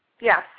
Yes